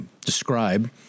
describe